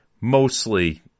mostly